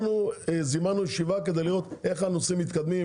אנחנו זימנו ישיבה כדי לראות איך הנושאים מתקדמים,